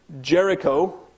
Jericho